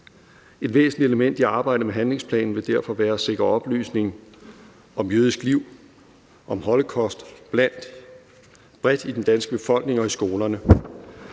Et væsentligt element i arbejdet med handlingsplanen vil derfor være at sikre oplysning om jødisk liv, om holocaust bredt i den danske befolkning og i skolerne.